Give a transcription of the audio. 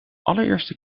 allereerste